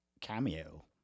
cameo